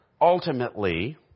ultimately